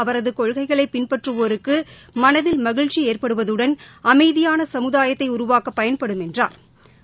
அவரது கொள்கைகளை பின்பற்றவோருக்கு மனதில் மகிழ்ச்சி ஏற்படுவதுடன் அமைதியான சமுதாயத்தை உருவாக்க பயன்படும் என்றாா்